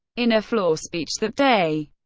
in a floor speech that day,